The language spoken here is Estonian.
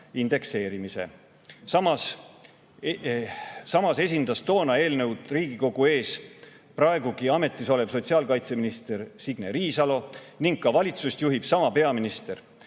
indekseerimise. Samas esindas toona seda eelnõu Riigikogu ees praegugi ametis olev sotsiaalkaitseminister Signe Riisalo ning ka valitsust juhib sama peaminister